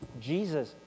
Jesus